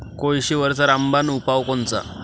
कोळशीवरचा रामबान उपाव कोनचा?